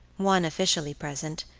one officially present,